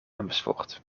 amersfoort